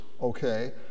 okay